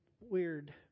weird